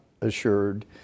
assured